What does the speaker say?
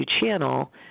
channel